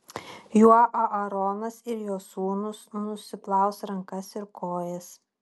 juo aaronas ir jo sūnūs nusiplaus rankas ir kojas